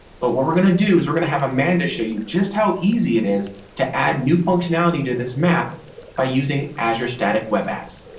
but what we're going to do is we're going to have amanda to show you just how easy it is to add new functionality to this map by using azure static web apps.